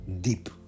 deep